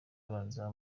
abanza